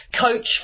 coach